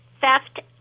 Theft